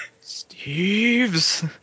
Steve's